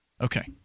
Okay